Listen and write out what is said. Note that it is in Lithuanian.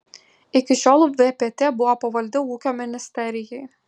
iki šiol vpt buvo pavaldi ūkio ministerijai